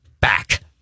back